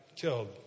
killed